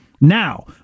Now